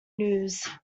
news